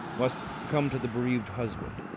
must come to the bereaved husband.